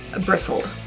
bristled